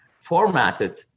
formatted